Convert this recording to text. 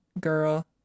girl